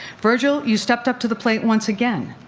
virgil, you stepped up to the plate once again,